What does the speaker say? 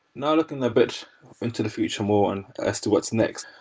now, looking a bit into the future more and as to what's next.